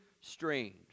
strange